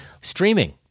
streaming